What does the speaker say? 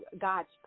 God's